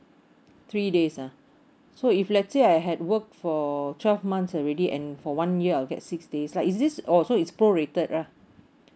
three days ah so if let's say I had work for twelve months already and for one year I'll get six days lah is this oh so is prorated lah